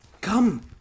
Come